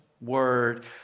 word